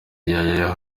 yaya